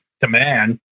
demand